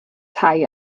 tai